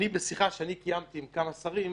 שבשיחה שאני קיימתי עם כמה שרים,